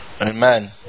Amen